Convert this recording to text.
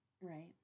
Right